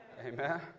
Amen